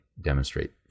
demonstrate